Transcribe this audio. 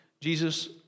Jesus